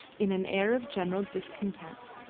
in an air of general discontent.